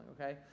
okay